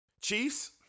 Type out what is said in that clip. Chiefs